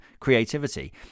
creativity